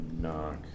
knock